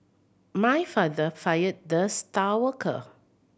my father fired the star worker